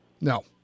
No